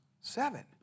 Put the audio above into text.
seven